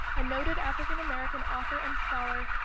a noted african-american author and scholar,